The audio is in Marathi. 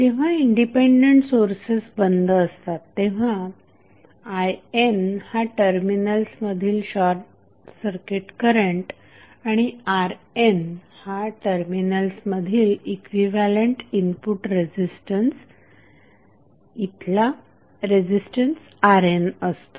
जेव्हा इंडिपेंडंट सोर्सेस बंद असतात तेव्हा IN हा टर्मिनल्स मधील शॉर्टसर्किट करंट आणि RNहा टर्मिनल्स मधील इक्विव्हॅलंट इनपुट रेझिस्टन्स येथे रेझिस्टन्स RNअसतो